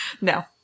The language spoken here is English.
No